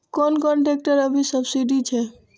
कोन कोन ट्रेक्टर अभी सब्सीडी छै?